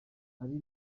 ari